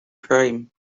prime